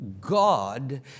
God